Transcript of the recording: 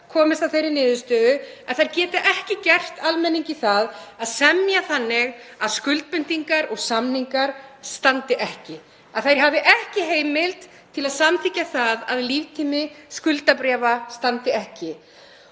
komist að þeirri niðurstöðu að þeir geti ekki gert almenningi það að semja þannig að skuldbindingar og samningar standi ekki, að þeir hafi ekki heimild til að samþykkja það að líftími skuldabréfa standi ekki.